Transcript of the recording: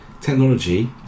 technology